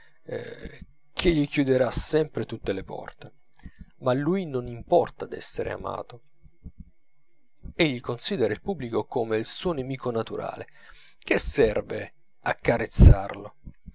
dice che gli chiuderà sempre tutte le porte ma a lui non importa d'essere amato egli considera il pubblico come il suo nemico naturale che serve accarezzarlo